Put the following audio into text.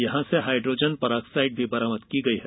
यहां से hydrogen peroxide भी बरामद की गई है